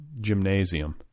gymnasium